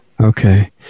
Okay